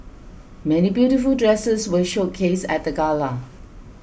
many beautiful dresses were showcased at the gala